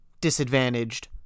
disadvantaged